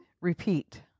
Repeat